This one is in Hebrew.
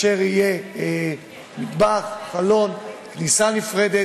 ויהיו מטבח, חלון, כניסה נפרדת.